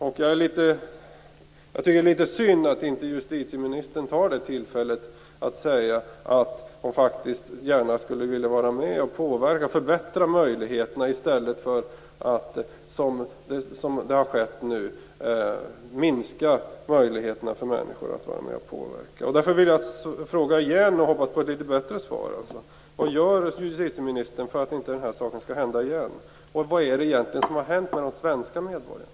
Jag tycker att det är litet synd att inte justitieministern tar tillfället i akt att säga att hon faktiskt gärna skulle vilja vara med och påverka, att hon skulle vilja förbättra möjligheterna i stället för att som det har skett nu minska möjligheterna för människor att vara med och påverka. Därför vill jag fråga igen och hoppas på ett litet bättre svar: Vad gör justitieministern för att inte den här saken skall hända igen? Vad är det egentligen som har hänt med de svenska medborgarna?